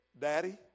daddy